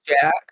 Jack